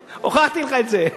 הוכחתי לך את זה.